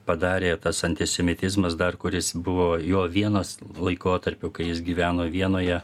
padarė tas antisemitizmas dar kuris buvo jo vienos laikotarpiu kai jis gyveno vienoje